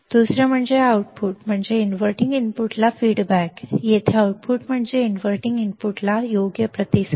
दुसरे म्हणजे आउटपुट म्हणजे इनव्हर्टिंग इनपुटला फीडबॅक येथे आउटपुट म्हणजे इनव्हर्टिंग इनपुटला योग्य प्रतिसाद